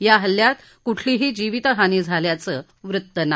या हल्ल्यात कसलीही जीवित हानी झाल्याचं वृत्त नाही